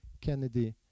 Kennedy